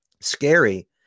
scary